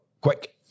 Quick